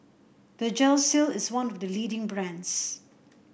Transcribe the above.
Vagisil is one of the leading brands